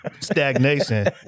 stagnation